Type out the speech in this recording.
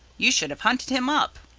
you should have hunted him up.